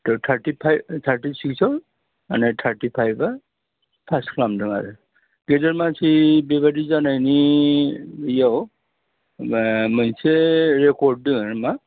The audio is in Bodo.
त' थार्टिफाइभ थार्टिसिक्सआव माने थार्टिफाइभआ पास खालामदों आरो गेदेर मानसि बेबायदि जानायनि बेयाव मोनसे रेकर्ड दङ नामा